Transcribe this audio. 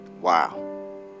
Wow